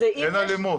אין אלימות.